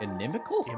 Inimical